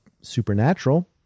Supernatural